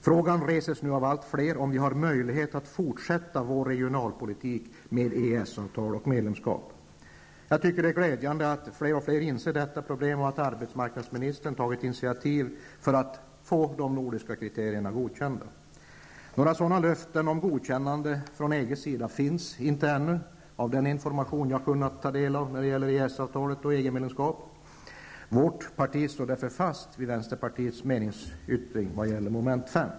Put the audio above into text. Frågan reses nu av allt fler om vi har möjligheter att fortsätta vår regionalpolitik i och med EES-avtal och medlemskap. Det är glädjande att fler och fler inser att detta är ett problem, och att arbetsmarknadsministern har tagit initiativ för att få de nordiska kriterierna godkända. Några sådana löften om godkännande från EGs sida finns inte ännu enligt den information om EES-avtal och EG-medlemskap, som jag hittills har kunnat ta del av. Vårt parti står därför fast vid vänsterpartiets meningsyttring vad gäller mom. 5.